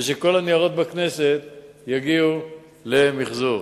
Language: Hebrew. ושכל הניירות בכנסת יגיעו למיחזור.